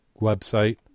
website